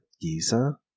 Giza